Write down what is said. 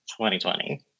2020